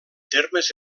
termes